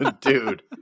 Dude